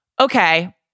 okay